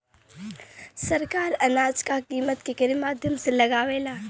सरकार अनाज क कीमत केकरे माध्यम से लगावे ले?